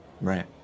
Right